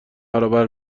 برابر